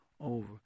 over